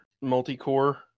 multi-core